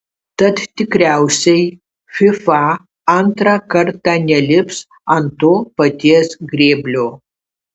tad tikriausiai fifa antrą kartą nelips ant to paties grėblio